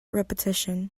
repetition